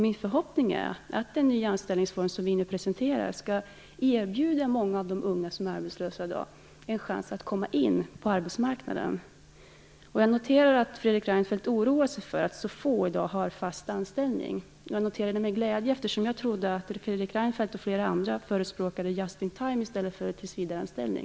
Min förhoppning är att den nya anställningsform som vi nu presenterar skall erbjuda många av de unga som är arbetslösa i dag en chans att komma in på arbetsmarknaden. Jag noterar att Fredrik Reinfeldt oroar sig för att så få i dag har fast anställning. Jag noterar det med glädje, eftersom jag trott att Fredrik Reinfeldt liksom flera andra förespråkar just-in-time-jobb i stället för tillsvidareanställning.